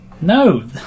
No